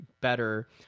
better